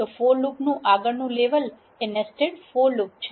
તો for loop નુ આગળનુ લેવલ એ નેસ્ટેડ ફોર લુપ છે